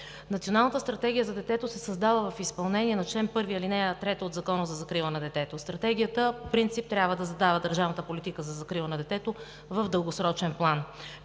Националната стратегия за детето се създава в изпълнение на чл. 1, ал. 3 от Закона за закрила на детето. Стратегията по принцип трябва да задава държавната политика за закрила на детето в дългосрочен план.